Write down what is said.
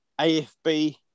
AFB